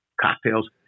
cocktails